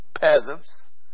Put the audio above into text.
peasants